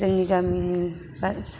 जोंनि गामिनि गासिबो